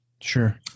Sure